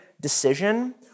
decision